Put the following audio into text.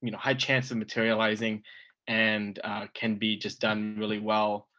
you know high chance of materializing and can be just done really well.